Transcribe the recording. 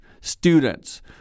students